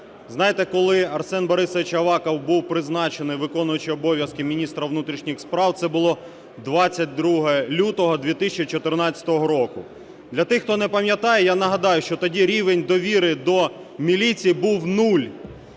Знаєте, коли Арсен Борисович Аваков був призначений виконуючим обов'язки міністра внутрішніх справ? Це було 22 лютого 2014 року. Для тих хто не пам'ятає, я нагадаю, що тоді рівень довіри до міліції був нуль.